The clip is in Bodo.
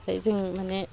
फ्राय जों माने